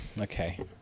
Okay